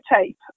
tape